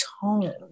tone